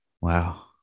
Wow